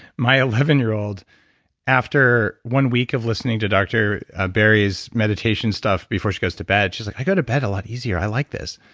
my eleven year old after one week of listening to dr ah barry's meditation stuff before she goes to bed, she's like, i go to bed a lot easier. i like this.